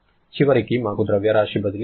చివరకు మాకు ద్రవ్యరాశి బదిలీ ఉంది